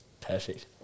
Perfect